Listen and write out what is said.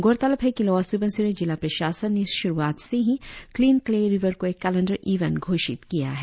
गौरतलब है कि लोवर सुबनसिरी जिला प्रशासन ने शुरुआत से ही क्लीन क्ले रिवर को एक कलेंडर इवेंट घोषित किया है